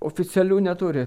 oficialių neturi